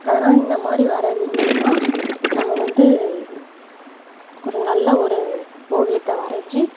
அதனால் இந்த மாதிரி வரைகிறதன் மூலமாக நம்ம வந்து ஒரு நல்ல ஒரு ஓவியத்தை வரைஞ்சி